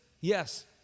Yes